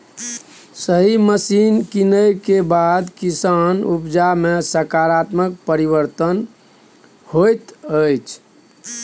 सही मशीन कीनबाक सँ किसानक उपजा मे सकारात्मक परिवर्तन हेतै